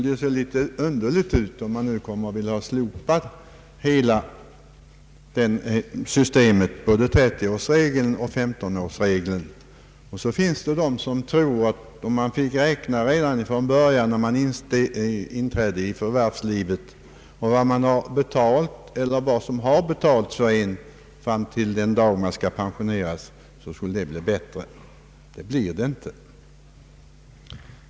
Då skulle det se underligt ut om man slopade hela systemet — både 30-årsregeln och 15-årsregeln. Det finns också de som tror att det skulle bli bättre om man fick räkna redan från början när man inträdde i förvärvslivet på vad som betalats in fram till den dag man pensioneras. Så är det inte.